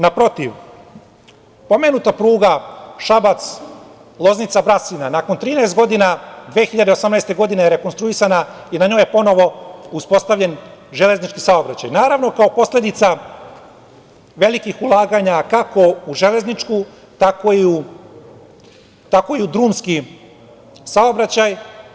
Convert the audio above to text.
Naprotiv, pomenuta pruga Šabac-Loznica-Brasina, nakon 13 godina, 2018. godine je rekonstruisana i na njoj je ponovo uspostavljen železnički saobraćaj, naravno, kao posledica velikih ulaganja, kako u železnički, tako i u drumski saobraćaj.